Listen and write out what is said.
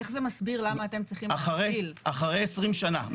איך זה מסביר למה אתם צריכים -- אחרי 20 שנה,